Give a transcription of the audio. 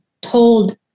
told